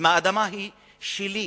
אם האדמה היא שלי,